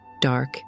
dark